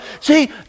See